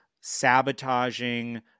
sabotaging